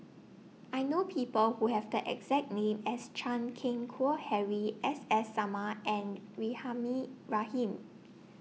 I know People Who Have The exact name as Chan Keng Howe Harry S S Sarma and Rahimah Rahim